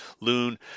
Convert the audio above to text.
loon